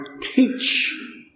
teach